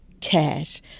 Cash